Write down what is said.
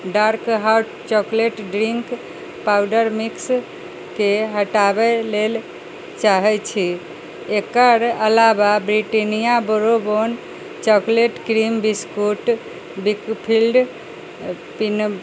dark hot chocolate drink powder मिक्सके हटाबै लेल चाहै छी एकर अलावा Britannia Bourbon chocolate cream biscuit Weikfield pin